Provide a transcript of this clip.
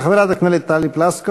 כאמור, חברת הכנסת טלי פלוסקוב.